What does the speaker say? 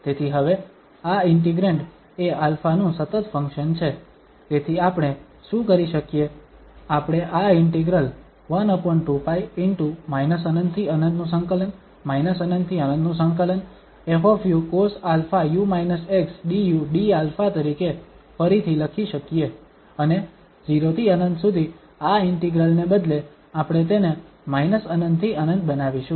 તેથી હવે આ ઇન્ટિગ્રેંડ એ α નું સતત ફંક્શન છે તેથી આપણે શું કરી શકીએ આપણે આ ઇન્ટિગ્રલ 12π ✕∞∫∞∞∫∞ 𝑓cosαu−x du dα તરીકે ફરીથી લખી શકીએ અને 0 થી ∞ સુધી આ ઇન્ટિગ્રલ ને બદલે આપણે તેને −∞ થી ∞ બનાવીશું